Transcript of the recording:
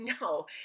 No